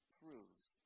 proves